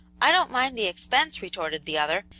i don't mind the expense, retorted the other,